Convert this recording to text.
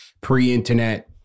pre-internet